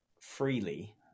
freely